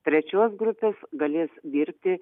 trečios grupės galės dirbti